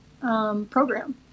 program